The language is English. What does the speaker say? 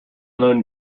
known